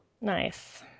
nice